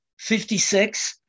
56